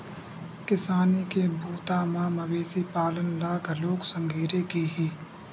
किसानी के बूता म मवेशी पालन ल घलोक संघेरे गे हे